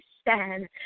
stand